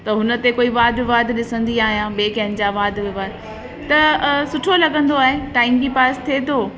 त हुन ते कोई वाद विवाद ॾिसंदी आहियां ॿिएं कंहिंजा वाद विवाद त सुठो लॻंदो आहे टाइम बि पास थिए थो